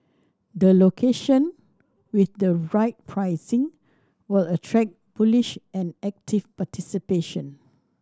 the location with the right pricing will attract bullish and active participation